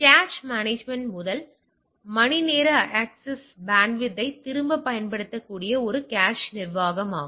cache management முதல் மணிநேர அக்சஸ்க்காக பேண்ட்வித்யை திறம்பட பயன்படுத்தியது இது கேச் நிர்வாகமாகும்